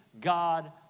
God